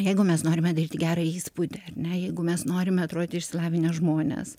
jeigu mes norime daryti gerą įspūdį jeigu mes norime atrodyti išsilavinę žmonės